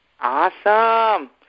Awesome